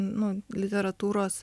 nu literatūros